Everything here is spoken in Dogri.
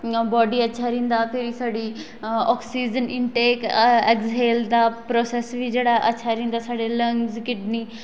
बाडी च अच्छा रैहंदा फिर साढ़ी body intake in heal दा प्रोसेस बी जेहड़ा अच्छा रैंहदा साढ़े लंगज किडनी